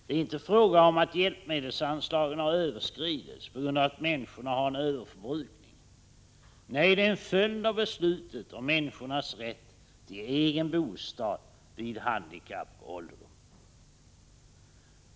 Det är inte fråga om att hjälpmedelsanslagen har överskridits på grund av att människorna skulle ha en överförbrukning. Nej, överskridandet är en följd av beslutet om människornas rätt till egen bostad vid handikapp och ålderdom.